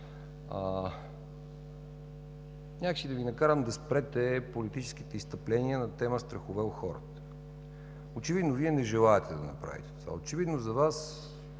някак си да Ви накарам да спрете политическите изстъпления на тема „страхове у хората”. Очевидно Вие не желаете да направите това. Очевидно за Вас